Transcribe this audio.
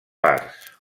parts